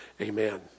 amen